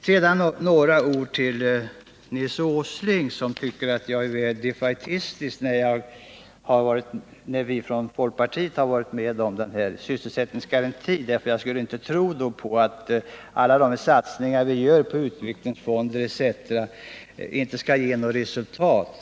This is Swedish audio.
Sedan vill jag säga några ord till Nils Åsling, som tycker att vi är väl defaitistiska när vi från folkpartiet är med om den här sysselsättningsgarantin — vi skulle då inte tro på att alla de satsningar vi gör på utvecklingsfonder oo, d. skulle ge resultat.